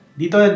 dito